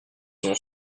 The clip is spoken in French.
ont